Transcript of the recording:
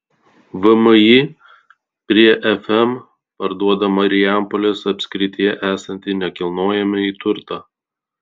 vmi prie fm parduoda marijampolės apskrityje esantį nekilnojamąjį turtą